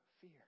fear